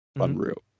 Unreal